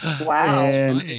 Wow